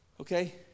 okay